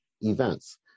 events